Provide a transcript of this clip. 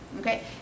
okay